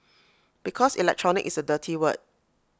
because electronic is A dirty word